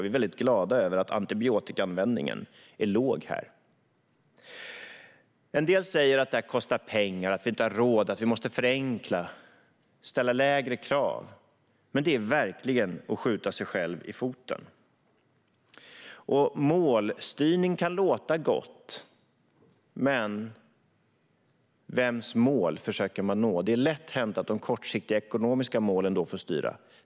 Vi är väldigt glada över att antibiotikaanvändningen är låg här. En del säger att detta kostar pengar, att vi inte har råd och att vi måste förenkla - ställa lägre krav. Men det är verkligen att skjuta sig själv i foten. Målstyrning kan låta gott, men vems mål försöker man nå? Det är lätt hänt att de kortsiktiga ekonomiska målen får styra.